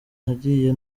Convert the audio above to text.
nagiye